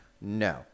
no